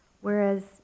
Whereas